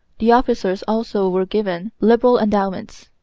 the officers also were given liberal endowments.